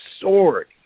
sword